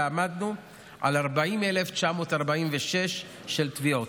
ועמדנו על 40,946 תביעות.